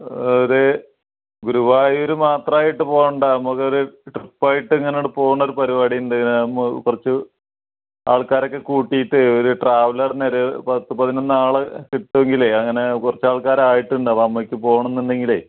ഇത് ഗുരുവായൂർ മാത്രമായിട്ട് പോവേണ്ട നമുക്കൊരു ട്രിപ്പ് ആയിട്ട് ഇങ്ങനെ അങ്ങോട്ട് പോവുന്നൊരു പരിപാടി ഉണ്ട് ഇങ്ങനെ നമ്മൾ കുറച്ച് ആൾക്കാരെ ഒക്കെ കൂട്ടിയിട്ട് ഒരു ട്രാവലറിനൊരു പത്ത് പതിനൊന്ന് ആളെ കിട്ടുമെങ്കിലേ അങ്ങനെ കുറച്ച് ആൾക്കാർ ആയിട്ടുണ്ട് അപ്പം അമ്പലത്തിൽ പോവണം എന്നുണ്ടെങ്കിലേ